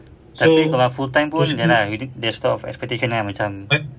tapi kalau full time pun there's a lot of expectation kan macam